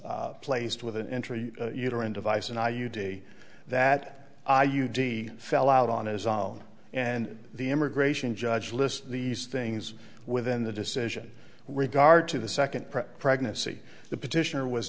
was placed with an entry uterine device an i u d that i u d fell out on his own and the immigration judge list these things within the decision regard to the second pregnancy the petitioner was